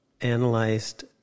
analyzed